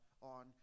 on